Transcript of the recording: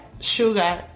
Sugar